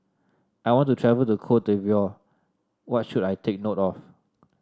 I want to travel to Cote d'Ivoire What should I take note of